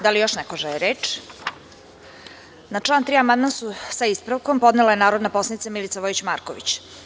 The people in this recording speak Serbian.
Da li još neko želi reč? (Ne) Na član 3. amandman, sa ispravkom, podnela je narodna poslanica Milica Vojić Marković.